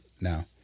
Now